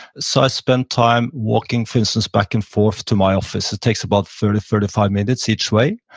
so i spend time walking, for instance, back and forth to my office. it takes about thirty, thirty five minutes each way.